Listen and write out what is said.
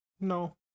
no